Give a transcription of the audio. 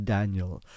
Daniel